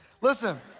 Listen